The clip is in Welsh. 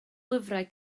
lyfrau